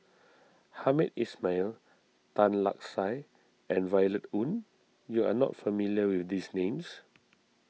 Hamed Ismail Tan Lark Sye and Violet Oon you are not familiar with these names